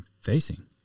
facing